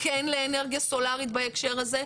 כן לאנרגיה סולארית בהקשר הזה,